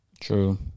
True